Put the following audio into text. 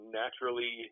naturally